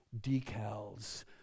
decals